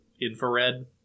infrared